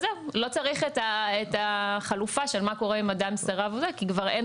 לא צריך את החלופה של מה קורה אם אדם סירב כי כבר אין